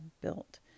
built